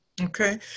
Okay